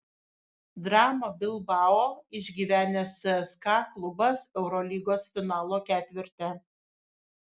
dramą bilbao išgyvenęs cska klubas eurolygos finalo ketverte